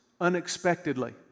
unexpectedly